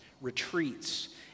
retreats